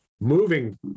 moving